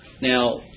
Now